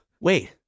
Wait